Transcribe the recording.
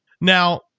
Now